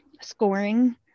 scoring